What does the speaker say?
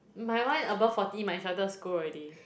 my one above forty my instructor scold already